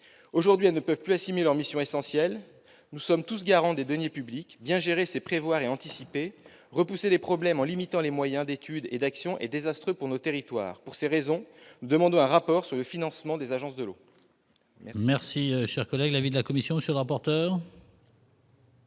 Aujourd'hui, elles ne peuvent plus assumer leurs missions essentielles. Nous sommes tous garants des deniers publics. Bien gérer, c'est prévoir et anticiper. Repousser les problèmes, en limitant les moyens d'étude et d'action, est désastreux pour nos territoires. Pour ces raisons, nous demandons un rapport sur le financement des agences de l'eau. Quel est l'avis de la commission ? J'entends